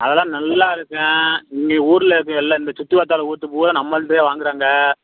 அதெல்லாம் நல்லா இருக்கும் இங்கே ஊரில் இருக்கிற எல்லாம் இந்த சுற்றுவட்டார ஊற்று பூரா நம்மள்கிட்ட தான் வாங்குறாங்க